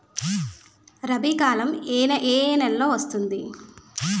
రబీ కాలం ఏ ఏ నెలలో వస్తుంది?